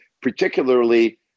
particularly